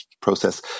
process